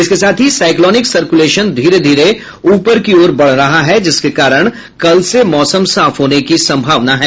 इसके साथ ही साइक्लोनिक सर्कुलेशन धीरे धीरे ऊपर की ओर बढ़ रहा है जिसके कारण कल से मौसम साफ होने की संभावना है